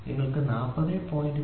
നിങ്ങൾക്ക് 40